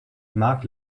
mark